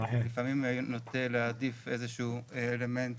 לפעמים נוטה להעדיף איזה שהוא אלמנט,